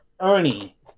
Ernie